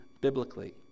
biblically